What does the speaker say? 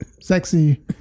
sexy